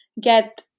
get